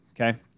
okay